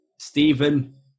Stephen